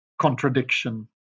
contradiction